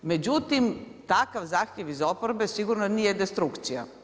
Međutim, takav zahtjev iz oporbe sigurno nije destrukcija.